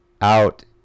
out